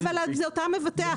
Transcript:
זה אותו מבטח.